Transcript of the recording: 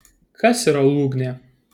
kas yra lūgnė